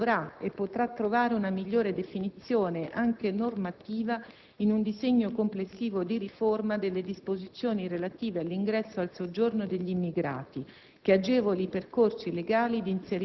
Ovviamente, anche questo obiettivo dovrà e potrà trovare una migliore definizione, anche normativa, in un disegno complessivo di riforma delle disposizioni relative all'ingresso e al soggiorno degli immigrati